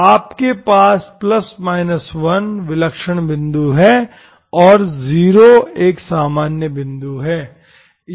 ⇒ आपके पास ±1 विलक्षण बिंदु हैं और 0 एक सामान्य बिंदु है